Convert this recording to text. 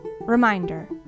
Reminder